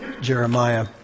Jeremiah